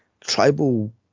tribal